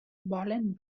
volen